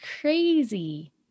crazy